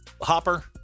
Hopper